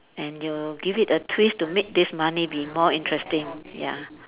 and you give it a twist to make this money be more interesting ya